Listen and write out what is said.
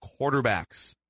quarterbacks